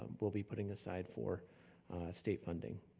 um we'll be putting aside for state funding.